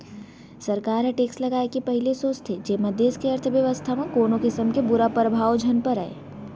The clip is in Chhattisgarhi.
सरकार ह टेक्स लगाए ले पहिली सोचथे जेमा देस के अर्थबेवस्था म कोनो किसम के बुरा परभाव झन परय